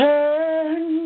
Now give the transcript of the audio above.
Turn